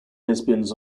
lesbians